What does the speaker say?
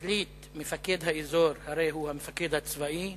החליט מפקד האזור, הרי הוא המפקד הצבאי,